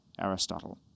Aristotle